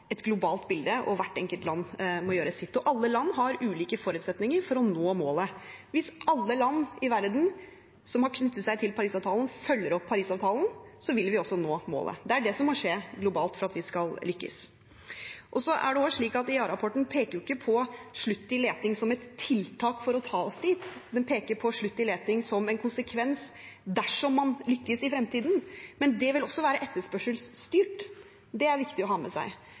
et globalt bilde, og hvert enkelt land må gjøre sitt. Alle land har ulike forutsetninger for å nå målet. Hvis alle land i verden, som har knyttet seg til Parisavtalen, følger opp Parisavtalen, vil vi også nå målet. Det er det som må skje globalt for at vi skal lykkes. Det er også slik at IEA-rapporten ikke peker på slutt i leting som et tiltak for å ta oss dit. Den peker på slutt i leting som en konsekvens dersom man lykkes i fremtiden. Men det vil også være etterspørselsstyrt – det er det viktig å ha med seg.